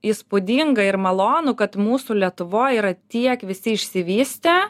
įspūdinga ir malonu kad mūsų lietuvoj yra tiek visi išsivystę